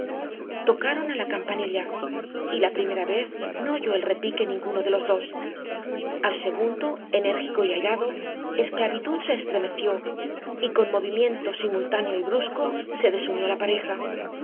tocaron á la campanilla y la primera vez no oyó el repique ninguno de los dos al segundo enérgico y airado esclavitud se estremeció y con movimiento simultáneo y brusco se desunió la pareja